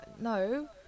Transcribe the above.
no